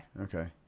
Okay